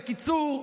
בקיצור,